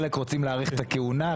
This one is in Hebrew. חלק רוצים להאריך את הכהונה,